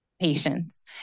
Patients